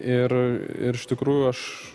ir ir iš tikrųjų aš